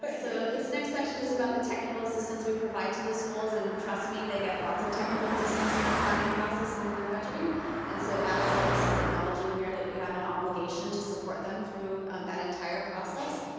ah so this next section is about the technical assistance we provide to the schools and trust me they get lots of technical assistance in their planning process and in their budgeting and so that is what this is acknowledging here that we have an obligation to support them through that entire process.